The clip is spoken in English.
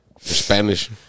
Spanish